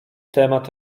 temat